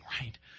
right